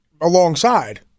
alongside